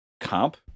comp